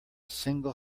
single